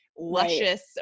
Luscious